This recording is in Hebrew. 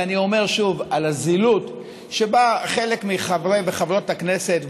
ואני אומר שוב: על הזילות שבה חלק מחברי וחברות הכנסת,